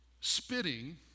Spitting